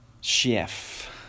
Chef